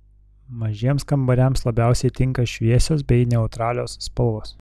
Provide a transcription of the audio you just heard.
mažiems kambariams labiausiai tinka šviesios bei neutralios spalvos